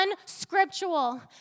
unscriptural